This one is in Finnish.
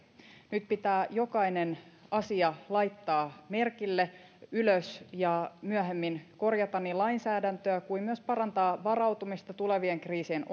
nyt pitää jokainen asia laittaa merkille ylös ja myöhemmin niin korjata lainsäädäntöä kuin myös parantaa varautumista tulevien kriisien